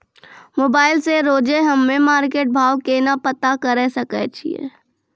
Mobile से रोजे हम्मे मार्केट भाव केना पता करे सकय छियै?